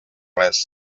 res